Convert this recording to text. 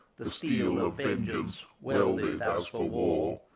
the steel of vengeance, welded as for war!